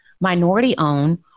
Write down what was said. minority-owned